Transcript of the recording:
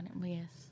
yes